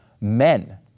men